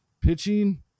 pitching